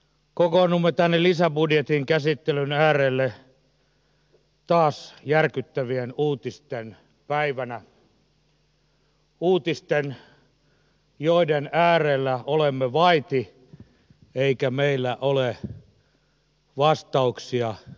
kokoonnumme tänne lisäbudjetin käsittelyn äärelle taas järkyttävien uutisten päivänä uutisten joiden äärellä olemme vaiti eikä meillä ole vastauksia